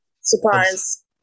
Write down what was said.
surprise